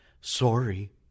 sorry